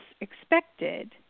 expected